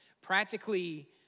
practically